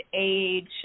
age